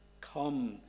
Come